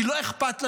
כי לא אכפת לנו,